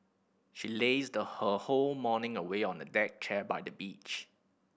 she lazed her whole morning away on a deck chair by the beach